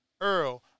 Earl